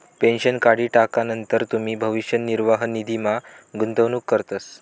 pension काढी टाकानंतर तुमी भविष्य निर्वाह निधीमा गुंतवणूक करतस